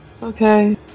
Okay